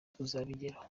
tuzabigeraho